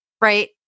right